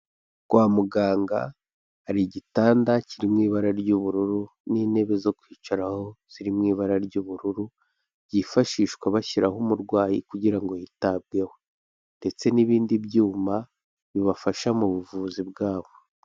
Kwa muganga hari igitanda kiri mu ibara ry'ubururu n'intebe zo kwicaraho ziri mu ibara ry'ubururu ryifashishwa bashyiraho umurwayi kugira ngo yitabweho ndetse n'ibindi byuma bibafasha mu buvuzi bwabo.